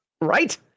Right